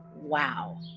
Wow